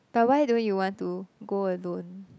but why don't you want to go alone